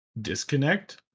disconnect